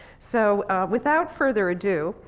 so without further ado,